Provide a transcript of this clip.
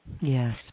yes